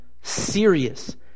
serious